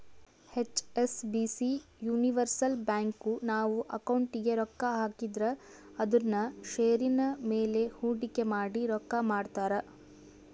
HSBC universal bank, ನಾವು ಅಕೌಂಟಿಗೆ ರೊಕ್ಕ ಹಾಕಿದ್ರ ಅದುನ್ನ ಷೇರಿನ ಮೇಲೆ ಹೂಡಿಕೆ ಮಾಡಿ ರೊಕ್ಕ ಮಾಡ್ತಾರ